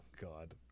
God